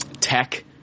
tech